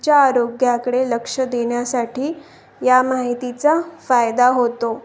तिच्या आरोग्याकडे लक्ष देण्यासाठी या माहितीचा फायदा होतो